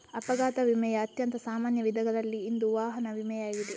ಅಪಘಾತ ವಿಮೆಯ ಅತ್ಯಂತ ಸಾಮಾನ್ಯ ವಿಧಗಳಲ್ಲಿ ಇಂದು ವಾಹನ ವಿಮೆಯಾಗಿದೆ